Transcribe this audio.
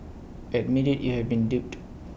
admit IT you have been duped